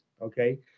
Okay